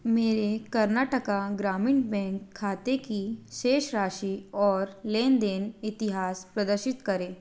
मेरे कर्नाटका ग्रामीण बैंक खाते की शेष राशि और लेनदेन इतिहास प्रदर्शित करें